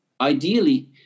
ideally